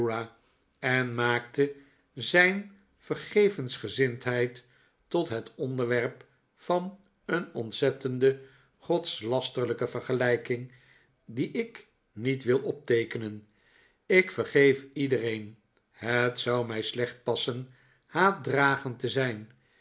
en maakte zijn vergevensgezindheid tot het onderwerp van een ontzettende godslasterlijke vergelijking die ik niet wil opteekenen ik vergeef iedereen het zou mij slecht passen haatdragend te zijn